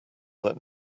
that